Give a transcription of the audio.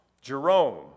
Jerome